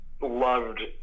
loved